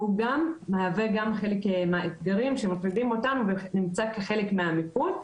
והוא גם מהווה חלק מהאתגרים שמטרידים אותנו ונמצא כחלק מהמיקוד.